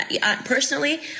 Personally